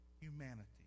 Humanity